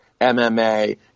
MMA